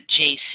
jc